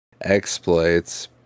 exploits